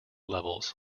levels